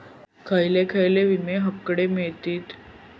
खयले खयले विमे हकडे मिळतीत?